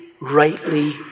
rightly